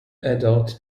adult